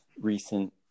recent